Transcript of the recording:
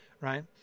right